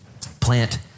plant